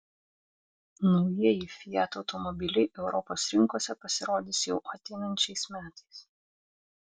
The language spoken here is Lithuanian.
naujieji fiat automobiliai europos rinkose pasirodys jau ateinančiais metais